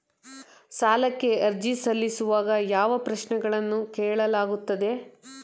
ಸಾಲಕ್ಕೆ ಅರ್ಜಿ ಸಲ್ಲಿಸುವಾಗ ಯಾವ ಪ್ರಶ್ನೆಗಳನ್ನು ಕೇಳಲಾಗುತ್ತದೆ?